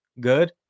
good